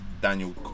Daniel